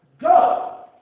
go